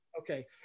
Okay